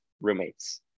roommates